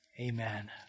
amen